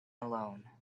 alone